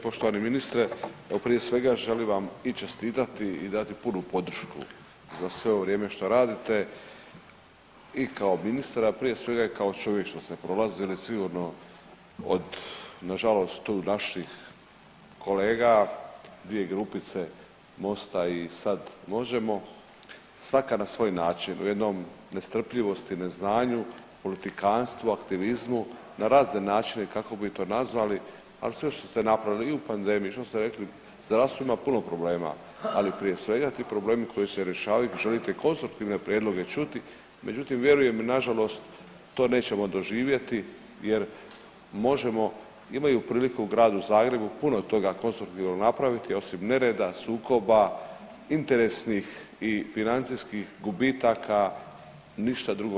Poštovani ministre, evo prije svega želim vam i čestitati i dati punu podršku za sve ovo vrijeme što radite i kao ministar, a prije svega i kao čovjek što ste prolazili sigurno od nažalost tu naših kolega, dvije grupice MOST-a i sad Možemo, svaka na svoj način u jednom nestrpljivosti, neznanju, politikantstvu, aktivizmu na razne načine kako bi to nazvali, ali sve što ste napravili i u pandemiji što ste rekli zdravstvo ima puno problema, ali prije svega ti problemi koji se rješavaju želite konstruktivne prijedloge čuti, međutim vjerujem nažalost to nećemo doživjeti jer Možemo imaju priliku u Gradu Zagrebu puno toga konstruktivnog napraviti osim nereda, sukoba, interesnih i financijskih gubitaka ništa drugo